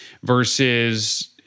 versus